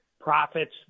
profits